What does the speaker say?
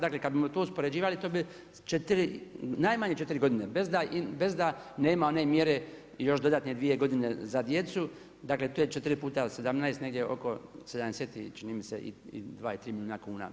Dakle kada bismo to uspoređivali to bi najmanje četiri godine bez da nema one mjere još dodatne dvije godine za djecu, dakle to je 4 puta 17 negdje oko 70 čini mi se i dva ili tri milijuna kuna.